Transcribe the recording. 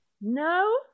No